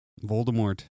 Voldemort